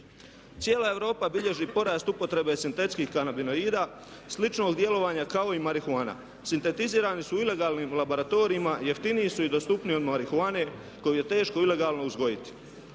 Cijela Europa bilježi porast upotrebe sintetskih kanabinoida sličnog djelovanja kao i marihuana. Sintetizirani su u ilegalnim laboratorijima, jeftiniji su i dostupniji od marihuane koju je teško ilegalno uzgojiti.